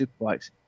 Superbikes